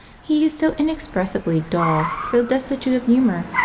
he is so inexpressibly dull, so destitute of humour,